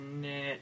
Knit